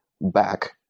back